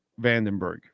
Vandenberg